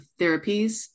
therapies